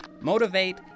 motivate